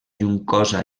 juncosa